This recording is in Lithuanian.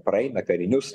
praeina karinius